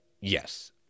Yes